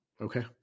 Okay